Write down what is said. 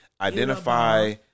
identify